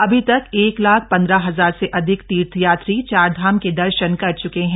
अभी तक एक लाख पंद्रह हजार से अधिक तीर्थयात्री चार धाम के दर्शन कर चुके हैं